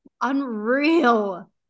Unreal